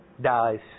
dies